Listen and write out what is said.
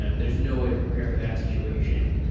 ah there's no way to prepare for that situation.